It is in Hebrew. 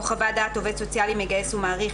חוות דעת עובד סוציאלי מגייס ומעריך,